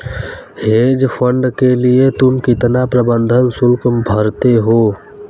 Hedge fund के लिए तुम कितना प्रबंधन शुल्क भरते हो?